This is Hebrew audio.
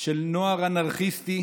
של נוער אנרכיסטי